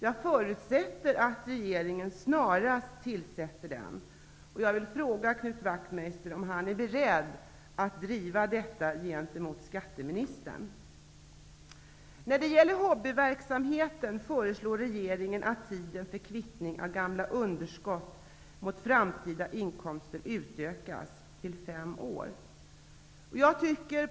Jag förutsätter att regeringen snarast tillsätter den. Jag vill fråga Knut Wachtmeister om han är beredd att driva detta gemtemot skatteministern. När det gäller hobbyverksamheten föreslår regeringen att tiden för kvittning av gamla underskott mot framtida inkomster utökas från ett till fem år.